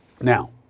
Now